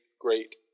great